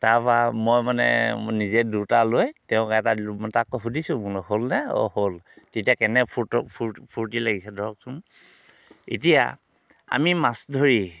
তাৰ পৰা মই মানে নিজে দুটা লৈ তেওঁক এটা দিলোঁ মানে তাক আকৌ সুধিছোঁ বোলো হ'ল নে অঁ হ'ল তেতিয়া কেনে ফুট ফূৰ্তি লাগিছে ধৰকচোন এতিয়া আমি মাছ ধৰি